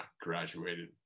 graduated